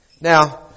Now